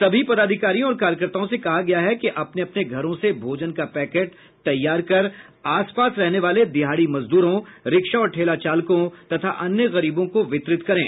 सभी पदाधिकारियों और कार्यकर्ताओं से कहा गया है कि अपने अपने घरों से भोजन का पैकेट तैयार कर आसपास रहने वाले दिहाड़ी मजदूरों रिक्शा और ठेला चालकों तथा अन्य गरीबों को वितरित करें